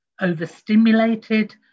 overstimulated